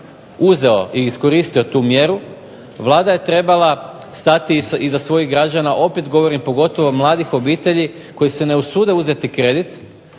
uzeo i iskoristio tu mjeru, Vlada je trebala stati iza svojih građana, pogotovo, mladih obitelji koji se ne usude uzeti kredit